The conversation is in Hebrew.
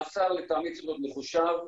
מעצר לטעמי צריך להיות מחושב,